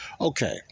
Okay